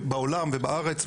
בעולם ובארץ,